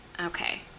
Okay